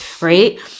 Right